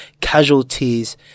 casualties